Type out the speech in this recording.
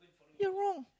ya wrong